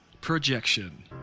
Projection